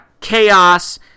Chaos